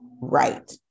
Right